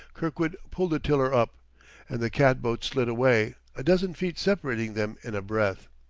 kirkwood pulled the tiller up and the cat-boat slid away, a dozen feet separating them in a breath.